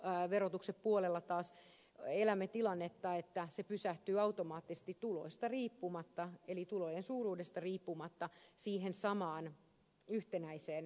pääomaverotuksen puolella taas elämme tilannetta että se pysähtyy automaattisesti tulojen suuruudesta riippumatta siihen samaan yhtenäiseen verokantaan